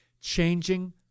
changing